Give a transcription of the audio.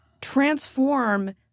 transform